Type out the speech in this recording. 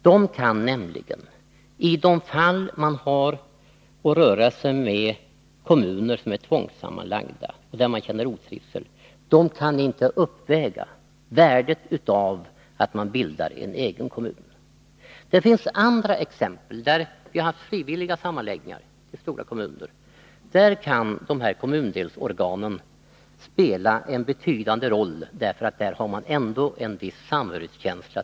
I tvångssammanlagda kommuner, där medborgarna känner otrivsel, kan nämligen inte dessa organ uppväga värdet av att få bilda en egen kommun. I andra fall, t.ex. där det skett frivilliga sammanläggningar till stora kommuner, kan dessa kommundelsorgan spela en betydande roll. I sådana kommuner finns nämligen ändå en viss samhörighetskänsla.